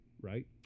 right